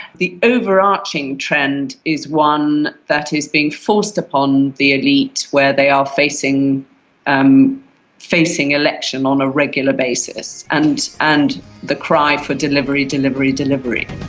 the overarching trend is one that is being forced upon the elite, where they are facing um facing election on a regular basis and and the cry for delivery, delivery, delivery.